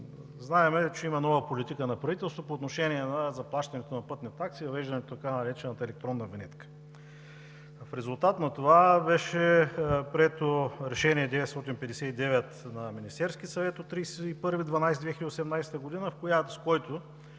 Знаем, че има нова политика на правителството по отношение на заплащането на пътни такси и въвеждането на така наречената „електронна винетка“. В резултат на това беше прието Решение № 959 на Министерския съвет от 31 декември 2018 г., с което